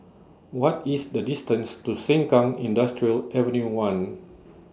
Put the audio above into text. What IS The distance to Sengkang Industrial Avenue one